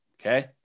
okay